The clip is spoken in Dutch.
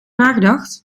nagedacht